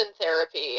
therapy